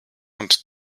und